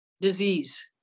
disease